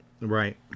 Right